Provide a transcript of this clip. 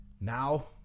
Now